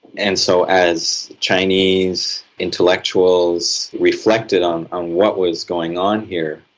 and so as chinese intellectuals reflected on on what was going on here,